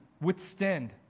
withstand